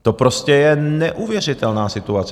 To prostě je neuvěřitelná situace!